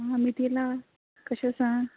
आं मिथिला कशें आसा